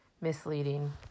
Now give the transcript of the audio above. misleading